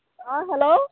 অঁ হেল্ল'